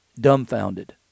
dumbfounded